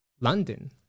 London